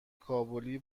کابلی